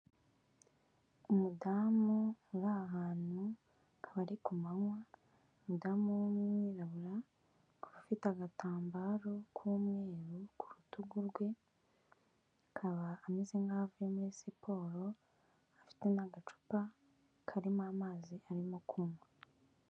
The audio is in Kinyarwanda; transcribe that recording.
Umudamu uri ahantu, akaba ari ku manywa, umudamu w'umwirabura ufite agatambaro k'umweru ku rutugu rwe, akaba ameze nkaho avuye muri siporo, afite n'agacupa karimo amazi arimo kunywa.